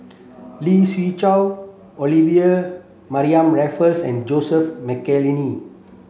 Lee Siew Choh Olivia Mariamne Raffles and Joseph Mcnally